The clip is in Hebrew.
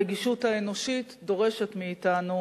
הרגישות האנושית דורשת מאתנו